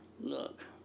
look